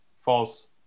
false